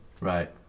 Right